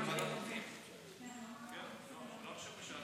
לא חשבתי שאת